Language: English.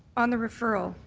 on the referral,